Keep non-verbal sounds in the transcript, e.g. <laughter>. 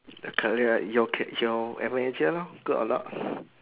your career your care your manager lor good or not <breath>